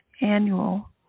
annual